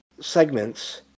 segments